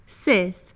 Sis